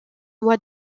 mois